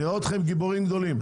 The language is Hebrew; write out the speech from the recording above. נראה אתכם גיבורים גדולים.